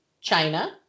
China